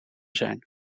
zijn